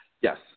Yes